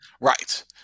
Right